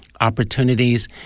opportunities